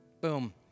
Boom